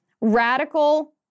radical